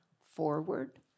forward